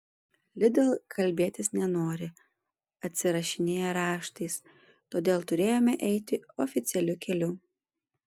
lidl kalbėtis nenori atsirašinėja raštais todėl turėjome eiti oficialiu keliu